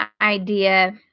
idea